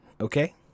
Okay